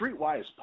Streetwise